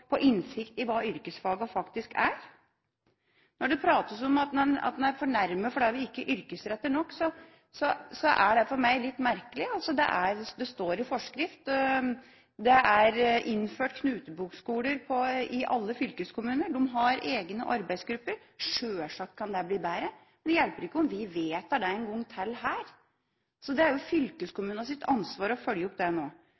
innsikt i hva yrkesfagene faktisk er. Når det prates om at en er fornærmet fordi vi ikke yrkesretter nok, er det for meg litt merkelig. Det står i forskrift. Det er innført knutepunktskoler i alle fylkeskommuner. De har egne arbeidsgrupper. Sjølsagt kan det bli bedre, men det hjelper ikke om vi her vedtar det en gang til. Det er fylkeskommunenes ansvar å følge opp dette nå.